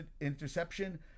interception